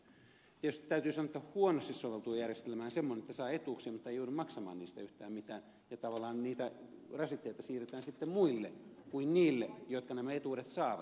tietysti täytyy sanoa että huonosti soveltuu järjestelmään semmoinen että saa etuuksia mutta ei joudu maksamaan niistä yhtään mitään ja tavallaan niitä rasitteita siirretään sitten muille kuin niille jotka nämä etuudet saavat